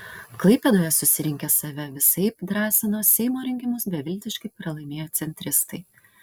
klaipėdoje susirinkę save visaip drąsino seimo rinkimus beviltiškai pralaimėję centristai